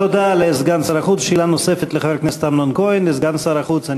תודה לסגן שר החוץ.